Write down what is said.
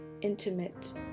intimate